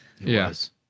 yes